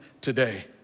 today